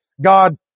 God